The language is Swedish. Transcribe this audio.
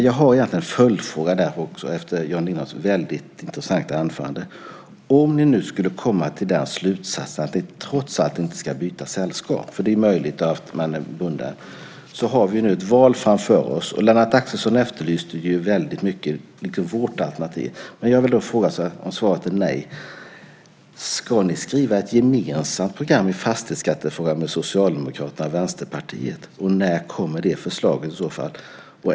Jag har egentligen en följdfråga också efter Jan Lindholms väldigt intressanta anförande. Om ni nu skulle komma till slutsatsen att ni trots allt inte ska byta sällskap - det är ju möjligt att ni är bundna - har vi ju ett val framför oss. Lennart Axelsson efterlyste vårt alternativ. Om svaret är nej, vill jag fråga om ni ska skriva ett gemensamt program i fastighetsskattefrågan med Socialdemokraterna och Vänsterpartiet. När kommer det förslaget i så fall?